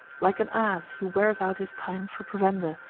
like an ass, he wears out his time for provender,